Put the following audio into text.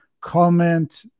comment